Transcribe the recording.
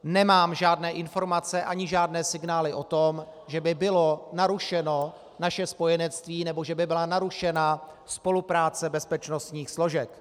Nemám žádné informace ani žádné signály o tom, že by bylo narušeno naše spojenectví nebo že by byla narušena spolupráce bezpečnostních složek.